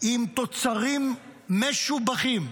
עם תוצרים משובחים.